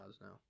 now